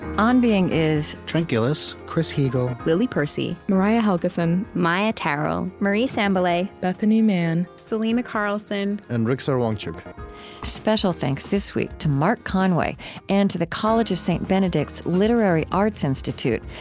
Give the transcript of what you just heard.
on being is trent gilliss, chris heagle, lily percy, mariah helgeson, maia tarrell, marie sambilay, bethanie mann, selena carlson, and rigsar wangchuck special thanks this week to mark conway and to the college of st. benedict's literary arts institute,